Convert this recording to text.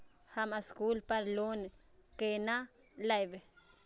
हम स्कूल पर लोन केना लैब?